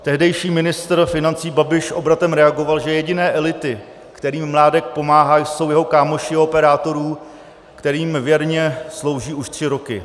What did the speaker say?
Tehdejší ministr financí Babiš obratem reagoval, že jediné elity, kterým Mládek pomáhá, jsou jeho kámoši u operátorů, kterým věrně slouží už tři roky.